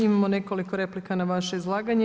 Imamo nekoliko replika na vaše izlaganje.